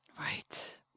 Right